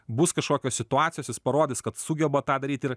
bus kažkokios situacijos jis parodys kad sugeba tą daryt ir